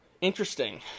interesting